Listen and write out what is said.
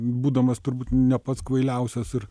būdamas turbūt ne pats kvailiausias ir